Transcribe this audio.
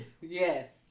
Yes